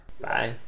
Bye